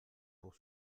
pour